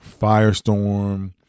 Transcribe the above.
firestorm